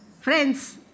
friends